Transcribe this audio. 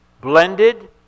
blended